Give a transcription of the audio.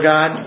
God